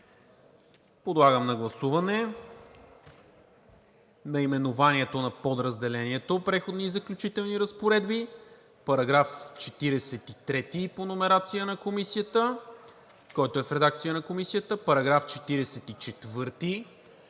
Подлагам на гласуване наименованието на Подразделението – „Преходни и заключителни разпоредби“; § 43 по номерация на Комисията, който е в редакция на Комисията; § 44